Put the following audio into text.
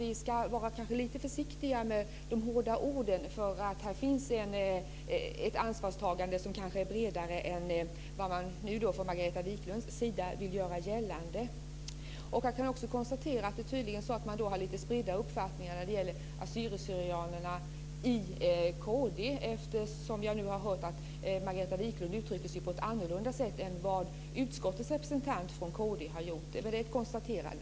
Vi ska kanske vara försiktiga med de hårda orden. Här finns ett bredare ansvarstagande än vad Margareta Viklund vill göra gällande. Man har tydligen spridda uppfattningar i kd när det gäller assyrier/syrianer. Jag har hört att Margareta Viklund uttrycker sig annorlunda än vad utskottets representant från kd har gjort. Det är ett konstaterande.